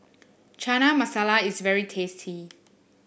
Chana Masala is very tasty